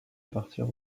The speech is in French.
partir